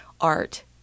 art